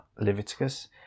Leviticus